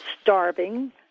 starving